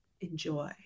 enjoy